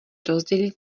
rozdělit